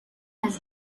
has